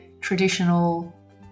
traditional